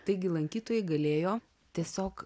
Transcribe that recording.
taigi lankytojas galėjo tiesiog